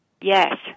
Yes